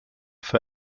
for